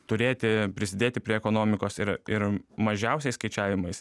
turėti prisidėti prie ekonomikos ir ir mažiausiais skaičiavimais